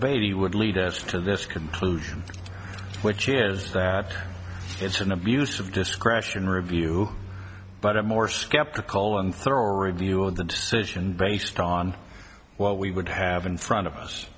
baby would lead us to this conclusion which is that it's an abuse of discretion review but a more skeptical and thorough review of the decision based on what we would have in front of us